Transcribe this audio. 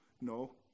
no